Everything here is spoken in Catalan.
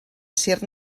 ésser